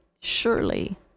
surely